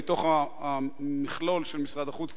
מתוך המכלול של משרד החוץ,